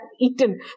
eaten